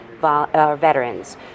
veterans